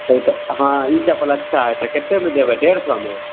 हँ ई चप्पल अच्छा हय तऽ कतेकमे देबै डेढ़ सए मे